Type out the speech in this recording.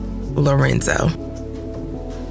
Lorenzo